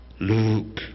Luke